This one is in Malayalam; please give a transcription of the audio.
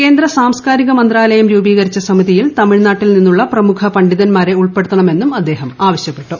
കേന്ദ്ര സാംസ്കാരിക മന്ത്രാലയം രൂപീകരിച്ച സമിതിയിൽ തമിഴ്നാട്ടിൽ നിന്നുള്ള പ്രമുഖ പണ്ഡിതന്മാരെ ഉൾപ്പെടുത്തണമെന്നും അദ്ദേഹം ആവശ്യപ്പെട്ടു